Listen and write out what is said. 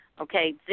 Okay